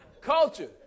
Culture